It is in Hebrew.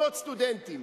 מעונות סטודנטים,